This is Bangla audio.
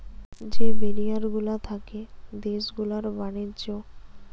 যে ব্যারিয়ার গুলা থাকে দেশ গুলার ব্যাণিজ্য